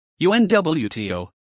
UNWTO